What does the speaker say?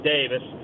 Davis